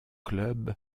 club